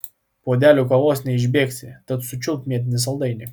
puodelio kavos neišbėgsi tad sučiulpk mėtinį saldainį